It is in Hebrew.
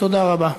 תודה רבה.